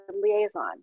liaison